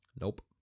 Nope